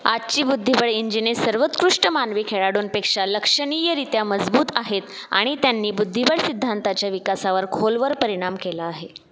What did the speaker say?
आजची बुद्धिबळ इंजिने सर्वोत्कृष्ट मानवी खेळाडूंपेक्षा लक्षणीयरित्या मजबूत आहेत आणि त्यांनी बुद्धिबळ सिद्धांताच्या विकासावर खोलवर परिणाम केला आहे